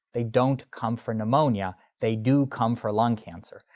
they don't come for pneumonia. they do come for lung cancer.